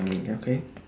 mm okay